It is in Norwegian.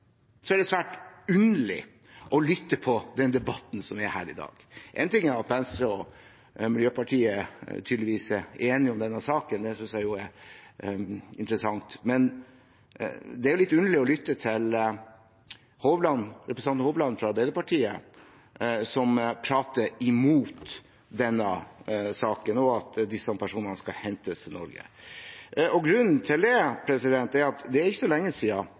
er svært underlig å lytte til den debatten som er her i dag. Én ting er at Venstre og Miljøpartiet De Grønne tydeligvis er enige om denne saken – det synes jeg jo er interessant – men det er litt underlig å lytte til representanten Hovland fra Arbeiderpartiet, som prater imot denne saken og at disse personene skal hentes til Norge. Grunnen til det er at det er ikke så lenge